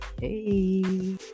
hey